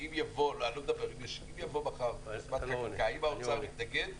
אם תבוא מחר חקיקה, האם האוצר יתנגד?